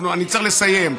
אני צריך לסיים,